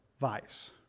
vice